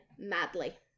madly